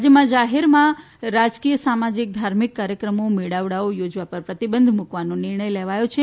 રાજ્યમાં જાહેરમાં રાજકીય સામાજીક ધાર્મિક કાર્યક્રમો મેળાવડાઓ યોજવા પર પ્રતિબંધ મૂકવાનો નિર્ણય લેવાયો છે